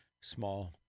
Small